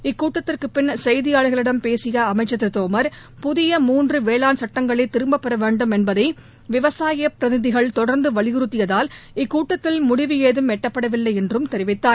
இக்கூட்டத்திற்குப்பின் செய்தியாளர்களிடம் பேசிய அமைச்சர் திரு தோமர் புதிய மூன்று வேளாண் சட்டங்களை திரும்பப்பெற வேண்டும் என்பதை விவசாய பிரதிநிதிகள் தொடர்ந்து வலியுறத்தியதால் இக்கூட்டத்தில் முடிவு ஏதம் எட்டப்படவில்லை என்றும் தெரிவித்தார்